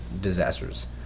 disasters